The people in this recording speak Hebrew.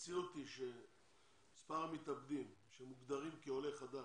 המציאות היא שמספר המתאבדים שמוגדרים כעולה חדש,